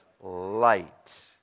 light